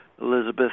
Elizabeth